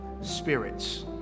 spirits